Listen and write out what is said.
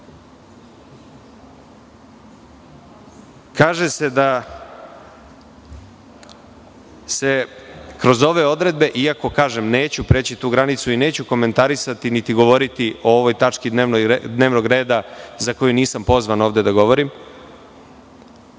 se da kroz ove odredbe, iako kažem da neću preći tu granicu i neću komentarisati niti govoriti o ovoj tački dnevnog reda za koju nisam pozvan da ovde govorim,